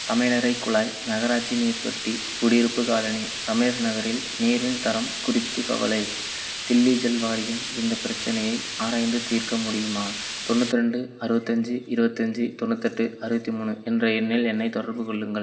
சமையலறை குழாய் நகராட்சி நீர் தொட்டி குடியிருப்பு காலனி ரமேஷ் நகரில் நீரின் தரம் குறித்து கவலை தில்லி ஜல் வாரியம் இந்த பிரச்சனையை ஆராய்ந்து தீர்க்க முடியுமா தொண்ணூற்றி ரெண்டு அறுபத்தஞ்சி இருபத்தஞ்சி தொண்ணூத்தெட்டு அறுபத்தி மூணு என்ற எண்ணில் என்னைத் தொடர்பு கொள்ளுங்கள்